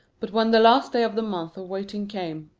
but when the last day of the month of waiting came,